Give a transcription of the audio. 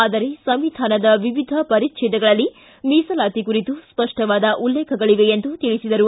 ಆದರೆ ಸಂವಿಧಾನದ ವಿವಿಧ ಪರಿಜ್ಞೇದಗಳಲ್ಲಿ ಮೀಸಲಾತಿ ಕುರಿತು ಸ್ವಷ್ಟವಾದ ಉಲ್ಲೇಖಗಳಿವೆ ಎಂದು ತಿಳಿಸಿದರು